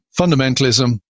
fundamentalism